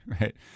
right